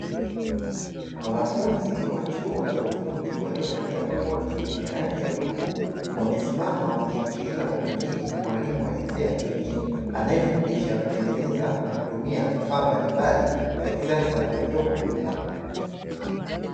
Wanafunzi wa chuo cha ufundi waliovalia makoti yenye rangi ya bluu, wamesimama wakimskiliza kwa makini mwalimu wa jinsia ya kike, anaefundisha kutengeneza na kutumia vifaa mbalimbali vya kisasa, vilivyopo mbele yao.